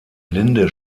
linde